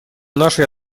нашей